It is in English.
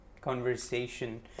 conversation